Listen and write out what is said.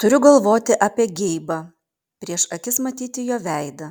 turiu galvoti apie geibą prieš akis matyti jo veidą